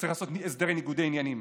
צריך לעשות הסדרי ניגוד עניינים.